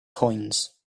coins